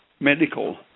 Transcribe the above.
Medical